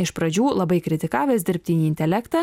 iš pradžių labai kritikavęs dirbtinį intelektą